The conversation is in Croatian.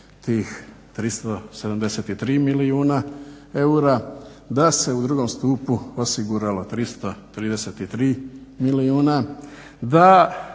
tih 373 milijuna eura, da se u drugom stupu osiguralo 333 milijuna,